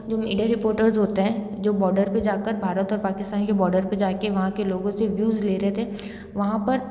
जो media reporter होते हैं जो बॉर्डर पे जाकर भारत और पाकिस्तान के बॉर्डर पे जाके वहाँ के लोगों से व्यूज़ ले रहे थे वहाँ पर